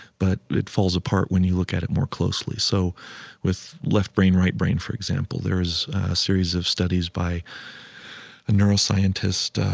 but it falls apart when you look at more closely. so with left brain, right brain, for example, there is a series of studies by a neuroscientist,